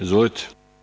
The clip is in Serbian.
Izvolite.